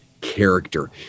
character